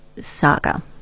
saga